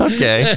Okay